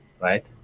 right